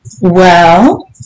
Well